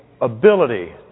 ability